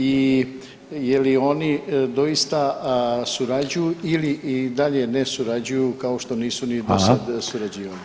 I je li oni doista surađuju ili i dalje ne surađuju kao što nisu ni [[Upadica Reiner: Hvala.]] do sad surađivali?